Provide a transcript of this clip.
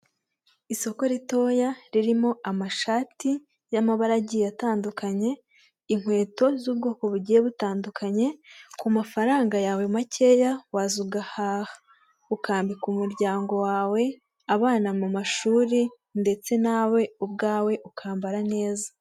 Isoko ritoya ririmo amashati y'amabara agiye atandukanye inkweto z'ubwoko bugiye butandukanye ku mafaranga yawe makeya waza ugahaha ukambika umuryango wawe abana mu mashuri ndetse nawe ubwawe ukambara neza.